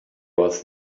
was